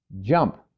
jump